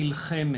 שנלחמת,